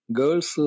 girl's